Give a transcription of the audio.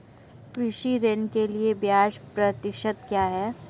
कृषि ऋण के लिए ब्याज प्रतिशत क्या है?